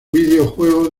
videojuego